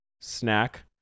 snack